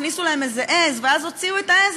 הכניסו להם עז ואז הוציאו את העז,